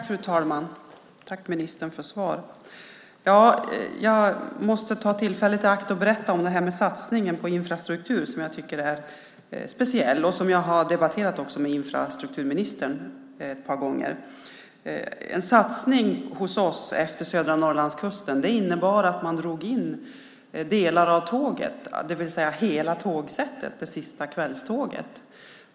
Fru talman! Jag vill tacka ministern för svaren. Jag måste ta tillfället i akt att berätta om detta med satsningen på infrastruktur, som jag tycker är speciell och som jag också har debatterat med infrastrukturministern ett par gånger. En satsning hos oss utefter södra Norrlandskusten innebar att man drog in hela tågsättet, det sista kvällståget.